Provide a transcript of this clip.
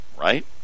Right